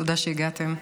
תודה שהגעתם.